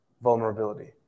vulnerability